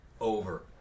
over